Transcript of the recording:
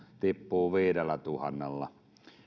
tippuu viidellätuhannella